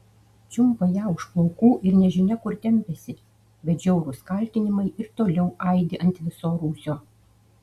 čiumpa ją už plaukų ir nežinia kur tempiasi bet žiaurūs kaltinimai ir toliau aidi ant viso rūsio